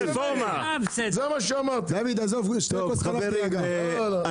נמשיך לנקודה הבאה,